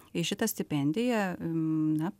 į šitą stipendiją na